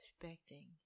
expecting